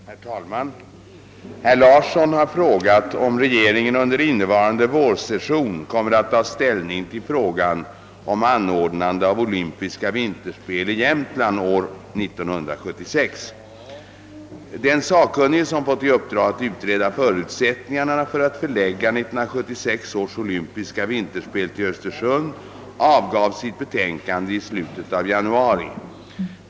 Herr talman! Herr Larsson i Norderön har frågat om regeringen under innevarande vårsession kommer att ta ställning till frågan om anordnande av olympiska vinterspel i Jämtland år 1976. Den sakkunnige som fått i uppdrag att utreda förutsättningarna för att förlägga 1976 års olympiska vinterspel till Östersund avgav sitt betänkande i slutet av januari.